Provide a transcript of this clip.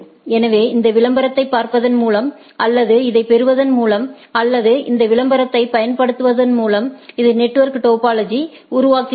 எனவே இந்த விளம்பரத்தைப் பார்ப்பதன் மூலம் அல்லது இதைப் பெறுவதன் மூலம் அல்லது இந்த விளம்பரத்தைப் பயன்படுத்துவதன் மூலம் இது நெட்வொர்க் டோபாலஜி உருவாக்குகிறது